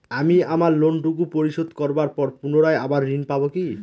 আমি আমার লোন টুকু পরিশোধ করবার পর পুনরায় আবার ঋণ পাবো কি?